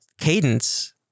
cadence